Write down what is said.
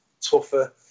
tougher